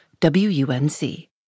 WUNC